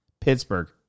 Pittsburgh